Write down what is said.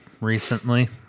recently